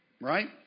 right